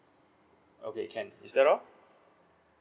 okay can is that all